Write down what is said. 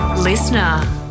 Listener